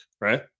right